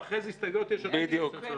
ואחרי זה הסתייגויות יש עתיד --- בהחלט.